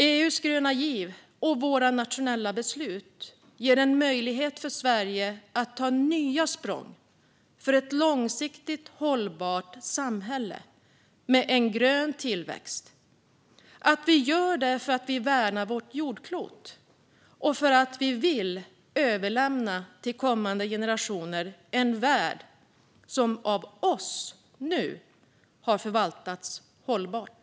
EU:s gröna giv och våra nationella beslut ger möjlighet för Sverige att ta nya språng mot ett långsiktigt hållbart samhälle med grön tillväxt. Vi gör det för att vi värnar vårt jordklot och för att vi vill överlämna till kommande generationer en värld som - av oss, nu - har förvaltats hållbart.